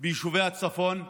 ביישובי הצפון.